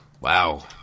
Wow